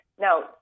Now